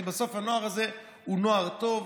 כי בסוף הנוער הזה הוא נוער טוב,